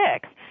six